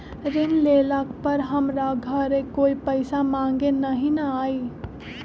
ऋण लेला पर हमरा घरे कोई पैसा मांगे नहीं न आई?